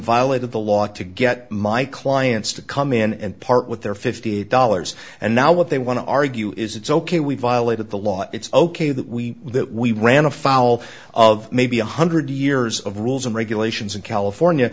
violated the law to get my clients to come in and part with their fifty dollars and now what they want to argue is it's ok we violated the law it's ok that we that we ran afoul of maybe one hundred years of rules and regulations in california